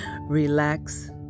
relax